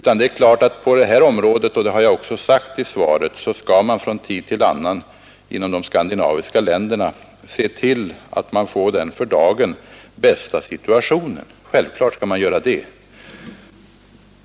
Det är självklart att på det här området, och det har jag också sagt i svaret, skall man från tid till annan i de skandinaviska länderna se till att man får den för dagen bästa situationen.